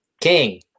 King